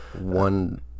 One